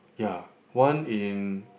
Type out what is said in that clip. ya one in